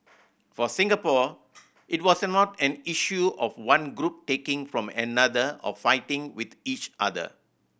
for Singapore it was not an issue of one group taking from another or fighting with each other